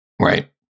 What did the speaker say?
Right